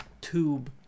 tube